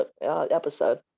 episode